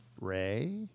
Ray